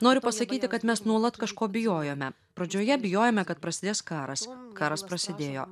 noriu pasakyti kad mes nuolat kažko bijojome pradžioje bijojome kad prasidės karas karas prasidėjo